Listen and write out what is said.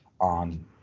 on